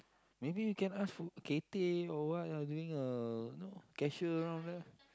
maybe you can ask for Cathay or what uh doing a know cashier not bad